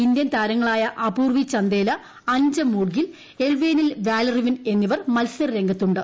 Indian താരങ്ങളായ അപൂർവി ചന്ദേല അൻജം മോഡ്ഗിൽ എളവേനിൽ വാലറിവൻ എന്നിവർ മത്സരരംഗത്തുണ്ട്